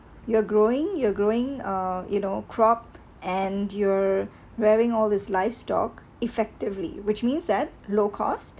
you're growing you're growing uh you know crop and you're wearing all his livestock effectively which means that low cost